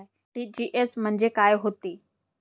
RTGS म्हंजे काय होते?